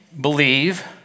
believe